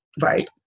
Right